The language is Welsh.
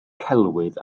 celwydd